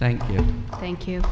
thank you thank you